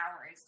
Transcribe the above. hours